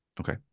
Okay